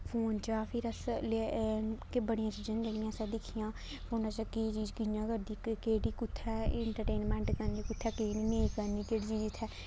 phone चा फिर अस केह् बड़ियां चीजां न जेह्ड़ियां असें दिक्खियां हून अस केह् चीज कि'यां करदी केह्ड़ी कुत्थै एंटरटेनमेंट करनी कुत्थै केह् नेईं करनी केह्ड़ी चीज इत्थै